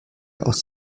aus